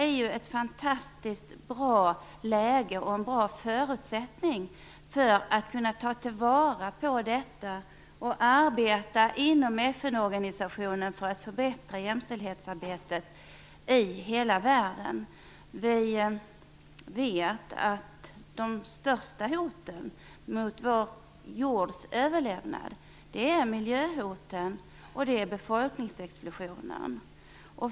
Detta ger oss ett fantastiskt bra läge och är en bra förutsättning för att inom FN-organisationen arbeta för att förbättra jämställdheten i hela världen. Vi vet att de största hoten mot vår jords överlevnad är miljöhoten och befolkningsexplosionen.